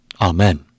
Amen